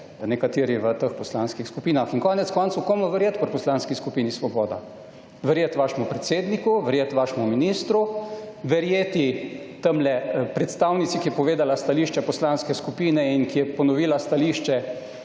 nekateri v teh poslanskih skupinah. In konec koncev, komu verjet kot Poslanski skupini Svoboda. Verjet vašemu predsedniku? Verjet vašemu ministru? Verjeti tamle predstavnici, ki je povedala stališče poslanske skupine in ki je **41. TRAK: